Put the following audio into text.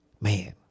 Man